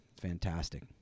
Fantastic